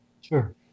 sure